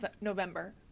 November